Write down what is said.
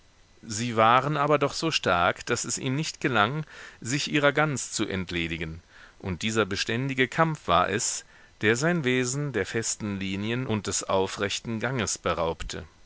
sie waren aber doch so stark daß es ihm nicht gelang sich ihrer ganz zu entledigen und dieser beständige kampf war es der sein wesen der festen linien und des aufrechten ganges beraubte